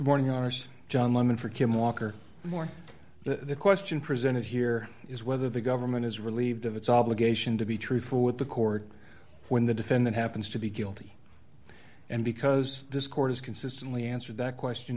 morning honors john lemmon for kim walker more the question presented here is whether the government is relieved of its obligation to be truthful with the court when the defendant happens to be guilty and because this court has consistently answered that question